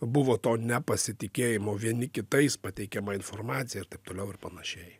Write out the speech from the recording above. buvo to nepasitikėjimo vieni kitais pateikiama informacija ir taip toliau ir panašiai